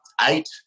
eight